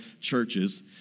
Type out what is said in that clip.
churches